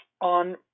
on